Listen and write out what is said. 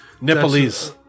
Nepalese